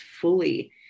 fully